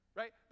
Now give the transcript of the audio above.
right